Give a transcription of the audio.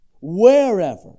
wherever